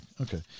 Okay